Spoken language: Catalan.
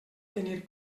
tenir